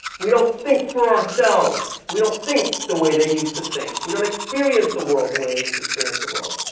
we don't think for ourselves. we don't think the way they used to think. we don't experience the world the way they used to experience the world.